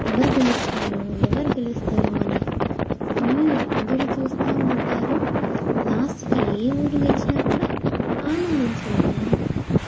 ఎవరు గెలుస్తారో ఎవరు గెలుస్తారో అని ఫుల్ ఎదురు చూస్తూ ఉంటారు లాస్ట్కి ఏ ఊరు గెలిచినా కూడా ఆనందించాలి కదా